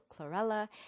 chlorella